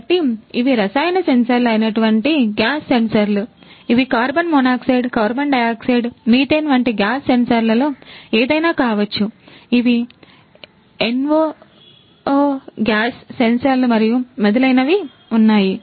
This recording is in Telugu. కాబట్టి ఇవి రసాయన సెన్సార్లు అయినటువంటి గ్యాస్ సెన్సార్లుఇవి carbon monoxide carbon dioxide methane వంటి గ్యాస్ సెన్సార్లలో ఏదైనా కావచ్చు ఇవి NOx గ్యాస్ సెన్సార్లు మరియు మొదలైనవి ఉన్నాయి